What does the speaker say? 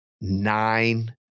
Nine